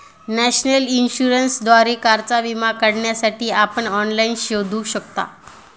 national इन्शुरन्सद्वारे कारचा विमा काढण्यासाठी आपण ऑनलाइन शोधू शकता